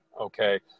okay